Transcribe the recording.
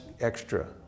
Extra